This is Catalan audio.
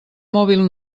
mòbil